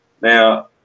Now